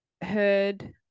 heard